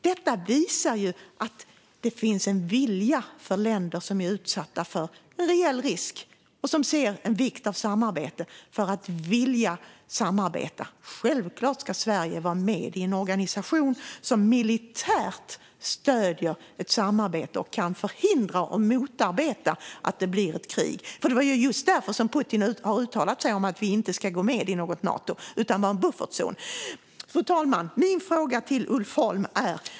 Detta visar att det finns en vilja hos länder som är utsatta för en reell risk och som anser att samarbete är viktigt. Självklart ska Sverige vara med i en organisation som militärt stöder ett samarbete och kan förhindra och motarbeta att det blir ett krig. Det är just därför Putin har uttalat sig om att vi inte ska gå med i ett Nato utan vara en buffertzon. Fru talman! Jag har en fråga till Ulf Holm.